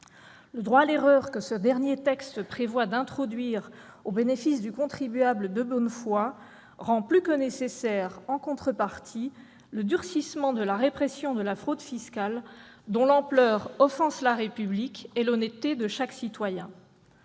Le droit à l'erreur que ce dernier texte prévoit d'introduire au bénéfice du contribuable de bonne foi rend plus que nécessaire, en contrepartie, le durcissement de la répression de la fraude fiscale, dont l'ampleur offense la République et l'honnêteté de chaque citoyen.